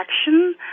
action